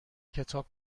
کتاب